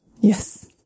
yes